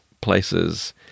places